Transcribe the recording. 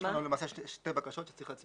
יש לנו למעשה שתי בקשות שצריך להצביע עליהן.